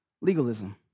legalism